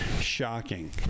shocking